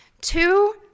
Two